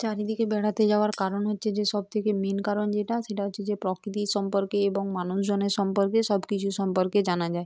চারিদিকে বেড়াতে যাওয়ার কারণ হচ্ছে যে সব থেকে মেন কারণ যেটা সেটা হচ্ছে যে প্রকৃতি সম্পর্কে এবং মানুষজনের সম্পর্কে সব কিছু সম্পর্কে জানা যায়